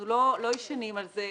אנחנו לא ישנים על זה.